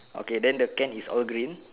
okay then the can is all green